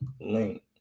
link